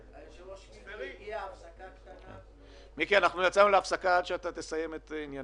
גם פורסם תזכיר חוק להערות הציבור עד ליום שלישי בערב.